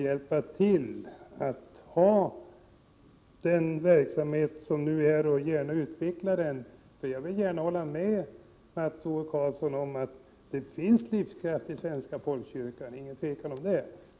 hjälpa till att utveckla den här verksamheten. Jag håller nämligen gärna med Mats O Karlsson om att det finns livskraft i den svenska folkkyrkan; det råder inget tvivel om det.